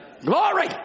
Glory